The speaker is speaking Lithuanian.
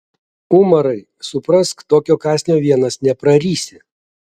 umarai suprask tokio kąsnio vienas neprarysi